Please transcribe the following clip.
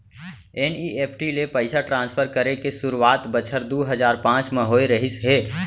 NEFT ले पइसा transfer करे के सुरूवात बछर दू हजार पॉंच म होय रहिस हे